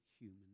human